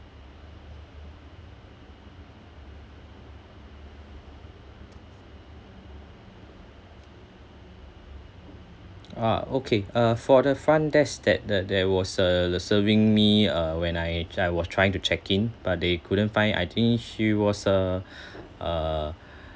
uh okay uh for the front desk that that that was uh serving me uh when I try I was trying to check in but they couldn't find I think she was a uh